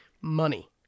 Money